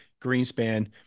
Greenspan